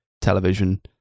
television